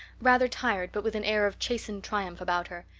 rather tired but with an air of chastened triumph about her.